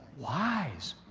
wise.